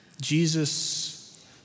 Jesus